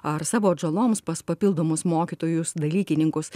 ar savo atžaloms pas papildomus mokytojus dalykininkus